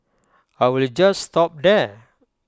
I will just stop there